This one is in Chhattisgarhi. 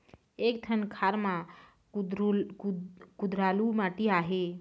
एक ठन खार म कुधरालू माटी आहे?